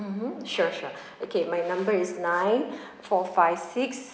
mmhmm sure sure okay my number is nine four five six